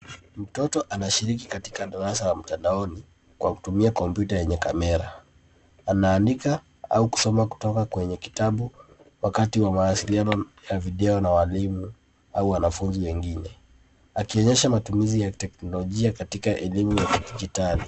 Mtoto anashiriki katika darasa la mtandaoni kwa kutumia kompyuta yenye kamera. Anaandika au kusoma kutoka kwenye kitabu wakati wa mawasiliano ya video na walimu au wanafunzi wengine akionyesha matumizi ya kiteknolojia katika elimu na kidijitali.